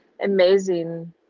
amazing